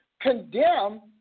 condemn